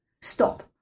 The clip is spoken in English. Stop